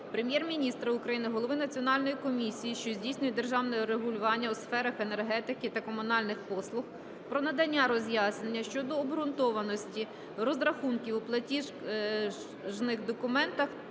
Прем'єр-міністра України, Голови Національної комісії, що здійснює державне регулювання у сферах енергетики та комунальних послуг про надання роз'яснення щодо обґрунтованості розрахунків у платіжних документах